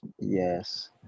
Yes